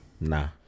nah